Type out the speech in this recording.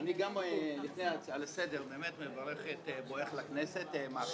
אני רוצה לקדם בברכה את חברת הכנסת אוסנת הילה מארק,